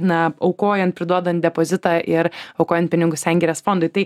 na aukojant priduodant depozitą ir aukojant pinigus sengirės fondui tai